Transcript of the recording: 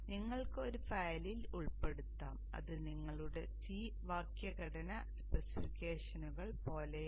നിങ്ങൾക്ക് ഒരു ഫയലിൽ ഉൾപ്പെടുത്താം ഇത് നിങ്ങളുടെ C വാക്യഘടന സ്പെസിഫിക്കേഷനുകൾ പോലെയാണ്